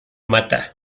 mata